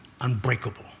unbreakable